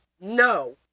no